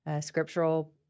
scriptural